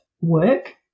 work